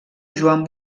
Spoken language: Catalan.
joan